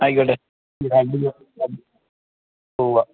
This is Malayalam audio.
ആയിക്കോട്ടെ ഉവ്വാ